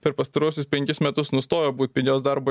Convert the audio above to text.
per pastaruosius penkis metus nustojo būt pigios darbo